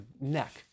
neck